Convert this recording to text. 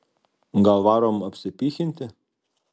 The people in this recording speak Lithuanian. gal varom apsipychinti